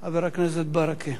חבר הכנסת מוחמד ברכה.